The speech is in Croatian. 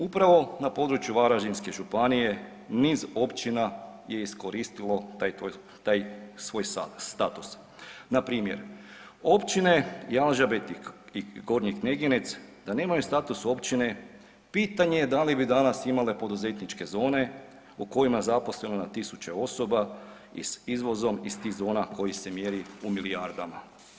Upravo na području Varaždinske županije niz općina je iskoristilo taj svoj status, npr. Općine Jalžabet i Gornji Kneginec da nemaju status općine pitanje je da li bi danas imale poduzetničke zone u kojima je zaposleno na tisuće osoba i s izvozom iz tih zona koji se mjeri u milijardama?